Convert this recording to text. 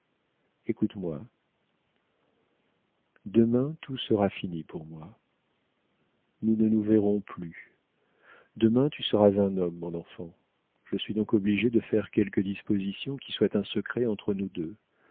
écoute-moi demain tout sera fini pour moi nous ne nous verrons plus demain tu seras un homme mon enfant je suis donc obligée de faire quelques dispositions qui soient un secret entre nous deux